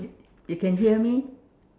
you can hear me